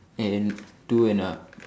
and two and a